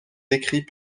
décrit